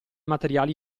materiale